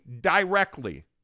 directly